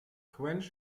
quench